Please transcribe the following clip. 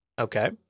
Okay